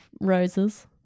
roses